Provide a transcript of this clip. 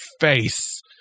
face